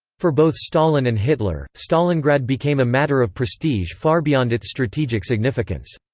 for both stalin and hitler, stalingrad became a matter of prestige far beyond its strategic significance.